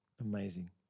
Amazing